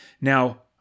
Now